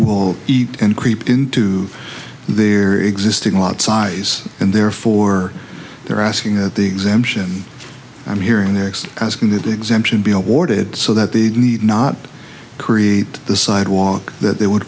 will eat and creep into their existing lot size and therefore they're asking that the exemption i'm hearing there asking that exemption be awarded so that the need not create the sidewalk that they would